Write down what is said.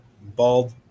bald